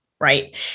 Right